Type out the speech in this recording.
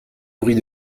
bruit